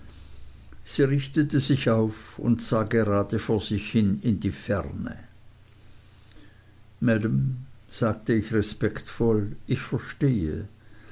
sie richtete sich auf und sah gerade vor sich hin in die ferne maam sagte ich respektvoll ich verstehe